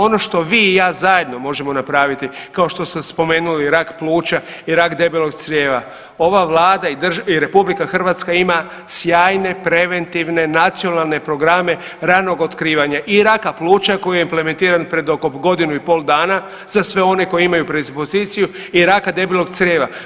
Ono što vi i ja zajedno možemo napraviti kao što sam spomenuli rak pluća i rak debelog crijeva, ova vlada i RH ima sjajne preventivne nacionalne programe ranog otkrivanja i raka pluća koji je implementiran pred oko godinu i pol dana za sve one koji imaju predispoziciju i raka debelog crijeva.